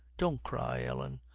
don't cry, ellen.